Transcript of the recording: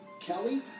Kelly